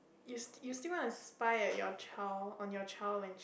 you still you still want to spy at your child on your child when